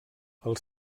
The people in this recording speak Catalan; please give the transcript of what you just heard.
els